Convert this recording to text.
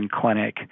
clinic